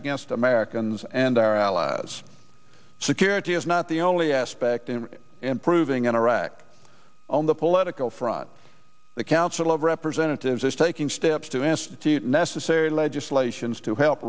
against americans and their allies security is not the only aspect in improving in iraq on the political front the council of representatives is taking steps to institute necessary legislations to help